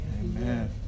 Amen